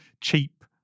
cheap